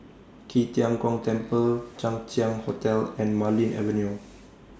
Qi Tian Gong Temple Chang Ziang Hotel and Marlene Avenue